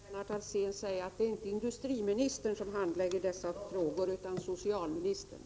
Herr talman! Jag vill bara till Lennart Alsén säga att det inte är industriministern som handlägger dessa frågor utan socialministern.